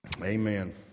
amen